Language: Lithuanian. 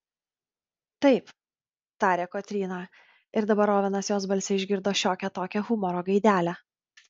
taip tarė kotryna ir dabar ovenas jos balse išgirdo šiokią tokią humoro gaidelę